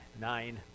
Nine